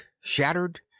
shattered